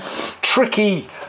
tricky